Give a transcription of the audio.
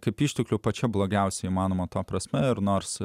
kaip išteklių pačia blogiausia įmanoma to prasme ir nors